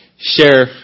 share